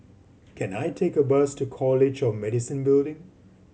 can I take a bus to College of Medicine Building